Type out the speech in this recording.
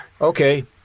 Okay